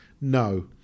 No